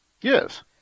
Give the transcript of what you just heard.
Yes